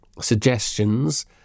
suggestions